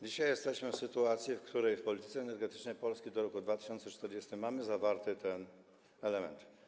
Dzisiaj jesteśmy w sytuacji, kiedy w „Polityce energetycznej Polski do roku 2040” mamy zawarty ten element.